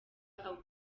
abo